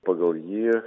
pagal jį